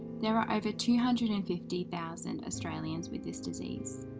there are over two hundred and fifty thousand australians with this disease,